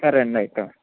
సరే అండి అయితే